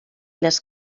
les